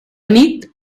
nit